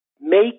make